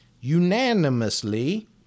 unanimously